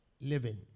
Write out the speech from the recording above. living